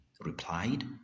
replied